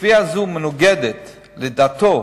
וקביעה זו מנוגדת לדתו